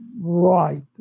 Right